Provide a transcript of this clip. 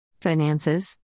Finances